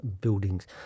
buildings